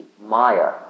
Maya